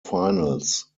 finals